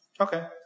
Okay